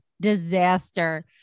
disaster